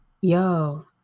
yo